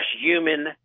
human